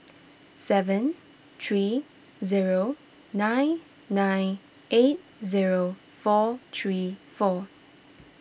seven three zero nine nine eight zero four three four